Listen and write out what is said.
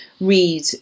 read